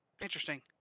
interesting